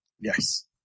Yes